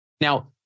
Now